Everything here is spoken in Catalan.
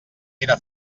era